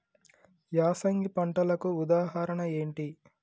యాసంగి పంటలకు ఉదాహరణ ఏంటి?